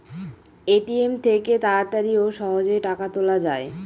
ATM থেকে তাড়াতাড়ি ও সহজেই টাকা তোলা যায়